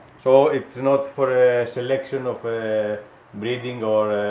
so it's not for a selection of breeding or